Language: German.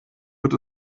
wird